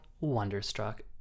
Wonderstruck